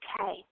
okay